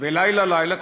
ולילה לילה,